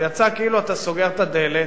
זה יצא כאילו אתה סוגר את הדלת,